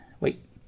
Wait